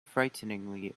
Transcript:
frighteningly